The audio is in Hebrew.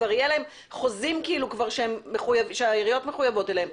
יהיו להם חוזים שהעיריות מחויבות אליהם,